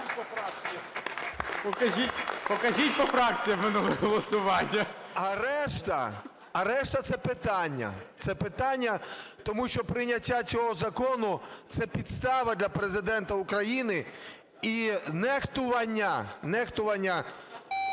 Покажіть по фракціям минуле голосування. ШУФРИЧ Н.І. А решта - це питання. Це питання, тому що прийняття цього закону - це підстава для Президента України і нехтування бачення